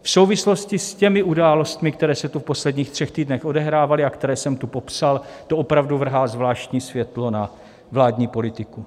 V souvislosti s těmi událostmi, které se tu v posledních třech týdnech odehrávaly a které jsem tu popsal, to opravdu vrhá zvláštní světlo na vládní politiku.